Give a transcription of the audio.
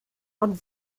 ond